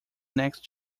next